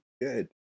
good